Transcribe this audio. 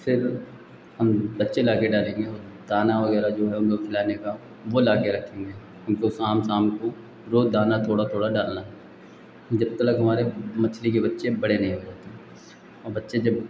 फ़िर हम बच्चे लाकर डालेंगे और दाना वगैरह जो है उनको खिलाने का वह लाकर रखेंगे उनको शाम शाम को रोज़ दाना थोड़ा थोड़ा डालना है जब तलक हमारे मछली के बच्चे बड़े नहीं हो जाते और बच्चे जब